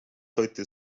heute